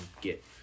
get